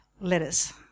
letters